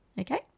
okay